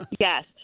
Yes